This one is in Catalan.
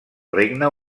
regne